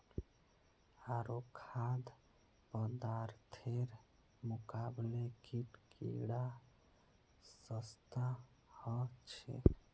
आरो खाद्य पदार्थेर मुकाबले कीट कीडा सस्ता ह छे